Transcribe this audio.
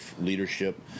leadership